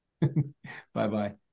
bye-bye